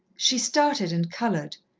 she started and coloured,